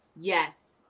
yes